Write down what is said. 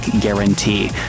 guarantee